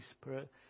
Spirit